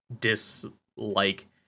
dislike